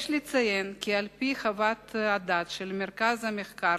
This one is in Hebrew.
יש לציין כי על-פי חוות הדעת של מרכז המחקר